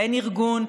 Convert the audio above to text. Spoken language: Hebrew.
ואין ארגון,